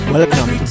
Welcome